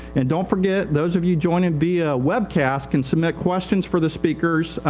and donit forget those of you joining via webcast can submit questions for the speakers,